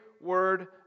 word